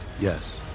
Yes